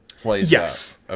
Yes